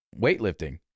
weightlifting